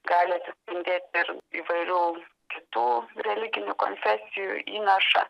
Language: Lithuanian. gali atspindėti ir įvairių kitų religinių konfesijų įnašą